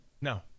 no